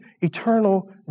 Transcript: eternal